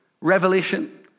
revelation